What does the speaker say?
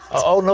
oh,